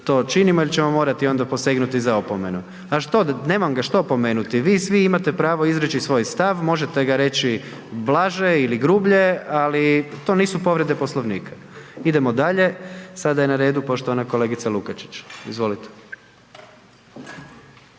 to činimo jer ćemo morati onda posegnuti za opomenom. A što, nemam ga što opomenuti, vi svi imate pravo izreći svoj stav, možete ga reći blaže ili grublje, ali to nisu povrede Poslovnika. Idemo dalje, sada je na redu poštovana kolegica Lukačić, izvolite.